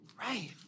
Right